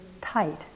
tight